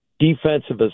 defensive